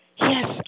Yes